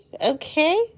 okay